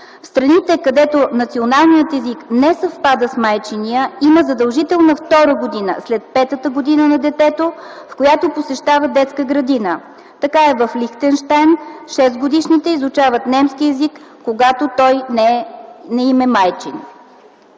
В страните, където националният език не съвпада с майчиния, има задължителна втора година след петата година на детето, в която посещава детска градина. Така е в Лихтенщайн – 6-годишните изучават немски език, когато той не им е майчин.